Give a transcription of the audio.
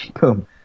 boom